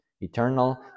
eternal